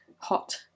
hot